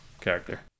character